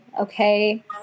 Okay